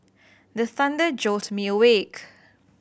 the thunder jolt me awake